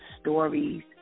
stories